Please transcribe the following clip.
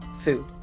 food